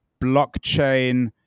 blockchain